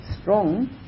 strong